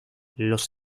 los